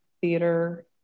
theater